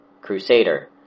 crusader